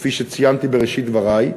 כפי שציינתי בראשית דברי,